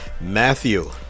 matthew